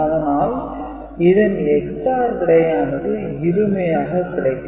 அதனால் இதன் EX - OR விடையானது இருமையாக கிடைக்கும்